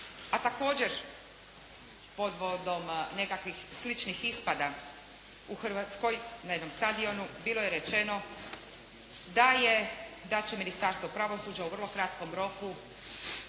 a također pod vodom nekakvih sličnih ispada u Hrvatskoj, na jednom stadionu, bilo je rečeno da je, da će Ministarstvo pravosuđa u vrlo kratkom roku